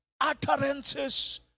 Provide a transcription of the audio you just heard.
utterances